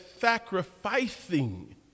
sacrificing